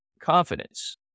confidence